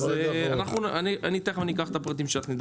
אז אני תכף אני אקח את הפרטים שלך.